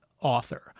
author